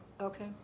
Okay